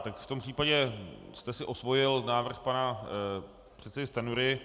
Tak v tom případě jste si osvojil návrh pana předsedy Stanjury.